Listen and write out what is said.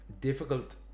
difficult